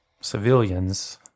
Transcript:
civilians